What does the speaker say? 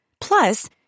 Plus